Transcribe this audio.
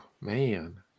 man